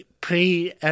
pre